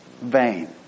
vain